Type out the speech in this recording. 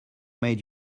made